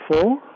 four